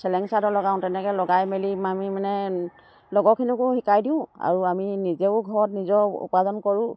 চেলেং চাদৰ লগাওঁ তেনেকৈ লগাই মেলি আমি মানে লগৰখিনিকো শিকাই দিওঁ আৰু আমি নিজেও ঘৰত নিজৰ উপাৰ্জন কৰোঁ